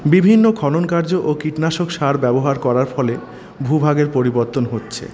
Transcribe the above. বিভিন্ন খননকার্য ও কীটনাশক সার ব্যবহার করার ফলে ভূভাগের পরিবর্তন হচ্ছে